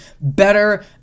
better